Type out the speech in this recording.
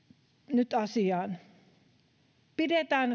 nyt asiaan pidetään